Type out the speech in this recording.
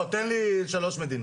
תן לי שלוש מדינות.